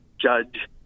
Judge